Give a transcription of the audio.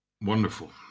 Wonderful